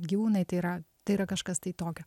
gyvūnai tai yra tai yra kažkas tai tokio